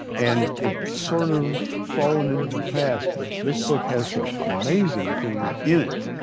and it's sort of fallen into the past but this book has some amazing things in it.